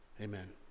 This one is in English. amen